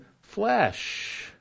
flesh